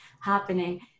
happening